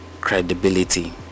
credibility